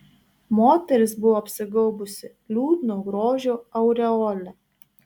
moteris buvo apsigaubusi liūdno grožio aureole